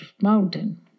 mountain